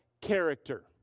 character